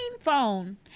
Phone